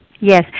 Yes